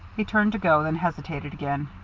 he turned to go, then hesitated again.